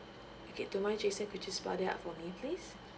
okay don't worry jason could you just spell it out for me please